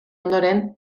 ondoren